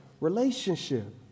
relationship